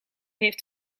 heeft